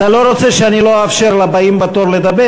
אתה לא רוצה שאני לא אאפשר לבאים בתור לדבר